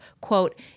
Quote